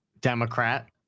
Democrat